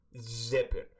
zipping